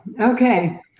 okay